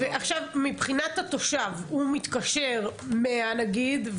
מבחינת התושב, הוא מתקשר 100 נגיד.